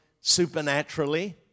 supernaturally